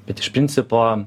bet iš principo